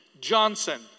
Johnson